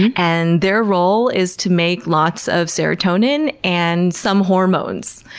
and their role is to make lots of serotonin and some hormones.